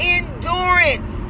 endurance